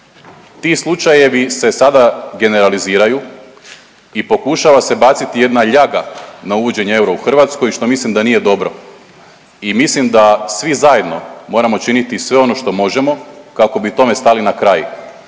Ti slučajevi se sada generaliziraju i pokušava se baciti jedna ljaga na uvođenje eura u Hrvatskoj što mislim da nije dobro. I mislim da svi zajedno moramo činiti sve ono što možemo kako bi tome stali na kraj